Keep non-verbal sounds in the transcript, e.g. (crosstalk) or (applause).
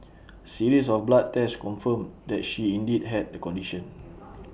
(noise) A series of blood tests confirmed that she indeed had the condition